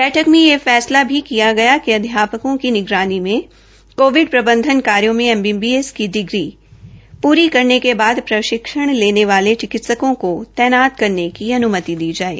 बैठक में यह फैसला भी लिया गया कि अध्यापकों की निगरानी में कोविड प्रबंधन कार्यो में एमबीबीएस की डिग्री पूरी करने के बाद प्रशिक्षण लेने वाले चिकित्सकों को तैनता करने की अन्मति दी जाये